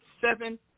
seven